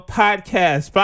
podcast